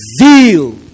zeal